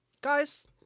guys